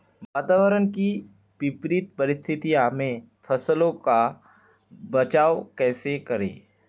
वातावरण की विपरीत परिस्थितियों में फसलों का बचाव कैसे करें?